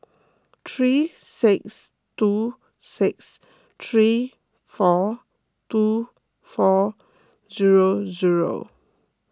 three six two six three four two four zero zero